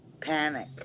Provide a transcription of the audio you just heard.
Panic